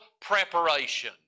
preparation